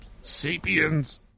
sapiens